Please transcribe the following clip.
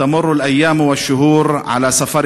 בחלוף ימים וחודשים למסעך